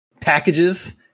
packages